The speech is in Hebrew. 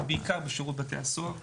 בעיקר בשירות בתי הסוהר.